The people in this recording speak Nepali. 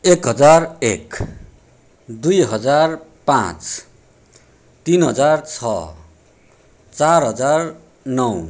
एक हजार एक दुई हजार पाँच तिन हजार छ चार हजार नौ